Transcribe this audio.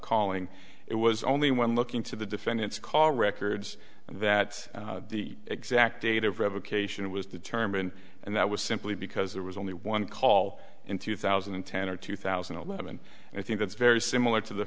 calling it was only when looking to the defendant's call records that the exact date of revocation was determined and that was simply because there was only one call in two thousand and ten or two thousand and eleven and i think that's very similar to the